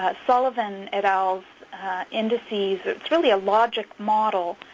but sullivan, et al s indices, it's really a logic model